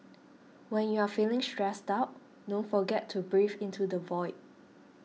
when you are feeling stressed out don't forget to breathe into the void